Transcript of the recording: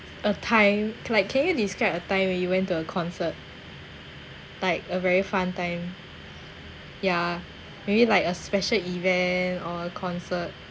a time like can you describe a time when you went to a concert like a very fun time ya maybe like a special event or concert